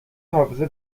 حافظه